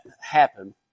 happen